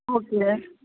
okay